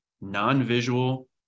Non-Visual